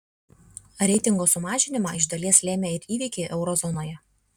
reitingo sumažinimą iš dalies lėmė ir įvykiai euro zonoje